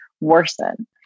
worsen